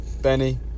Benny